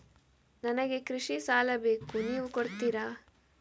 ನನಗೆ ಕೃಷಿ ಸಾಲ ಬೇಕು ನೀವು ಕೊಡ್ತೀರಾ?